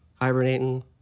hibernating